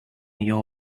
your